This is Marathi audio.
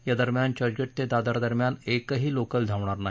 या दरम्यान चर्चगेट ते दादर दरम्यान एकही लोकल धावणार नाही